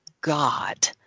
God